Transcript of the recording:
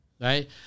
right